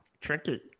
Tricky